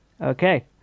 okay